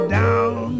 down